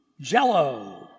jello